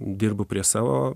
dirbu prie savo